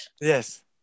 Yes